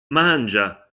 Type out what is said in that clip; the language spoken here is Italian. mangia